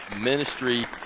ministry